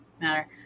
matter